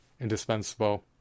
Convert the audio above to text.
indispensable